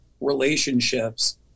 relationships